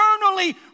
eternally